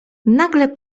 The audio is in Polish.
nagle